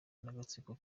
n’agatsiko